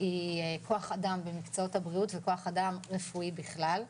היא כוח אדם במקצועות הבריאות וכוח אדם רפואי בכלל,